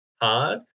hard